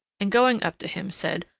and going up to him, said,